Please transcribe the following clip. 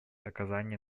оказания